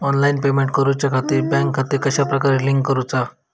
Online payment करुच्याखाती bank खाते कश्या प्रकारे लिंक करुचा?